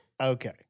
Okay